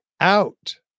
Out